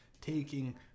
taking